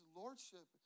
lordship